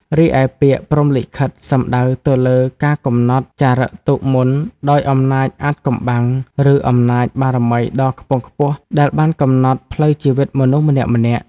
រីឯពាក្យ ព្រហ្មលិខិត សំដៅទៅលើការកំណត់ចារិកទុកមុនដោយអំណាចអាថ៌កំបាំង ឬអំណាចបារមីដ៏ខ្ពង់ខ្ពស់ ដែលបានកំណត់ផ្លូវជីវិតមនុស្សម្នាក់ៗ។